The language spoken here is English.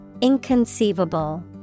Inconceivable